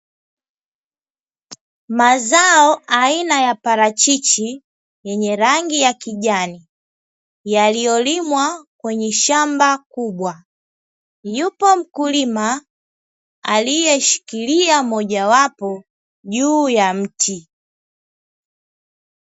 Mazao aina ya parachichi, yenye rangi ya kijani yaliyolimwa kwenye shamba kubwa, yupo mkulima alieshikilia mojawapo juu ya mti.